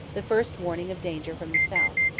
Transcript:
the first warning of danger from the south.